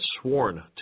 sworn